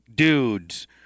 dudes